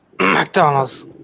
McDonald's